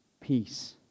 Peace